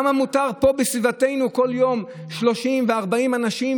למה מותר פה בסביבתנו כל יום 30 ו-40 אנשים